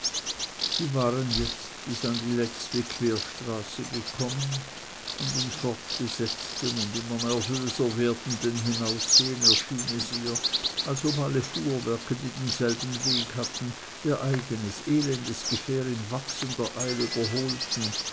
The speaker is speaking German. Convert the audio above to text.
sie waren jetzt bis an die letzte querstraße gekommen und in fortgesetztem und immer nervöser werdendem hinaussehen erschien es ihr als ob alle fuhrwerke die denselben weg hatten ihr eignes elendes gefährt in wachsender eil überholten